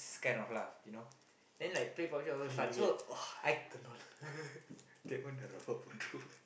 kind of laugh you know then like play PUB-G always fun so I